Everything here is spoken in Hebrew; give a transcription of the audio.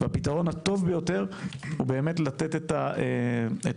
הפתרון הטוב ביותר הוא באמת לתת את האשרה.